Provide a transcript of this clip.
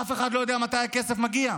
אף אחד לא יודע מתי הכסף מגיע,